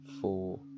four